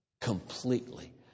completely